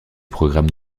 programmes